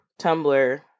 Tumblr